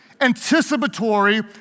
Anticipatory